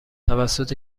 توسط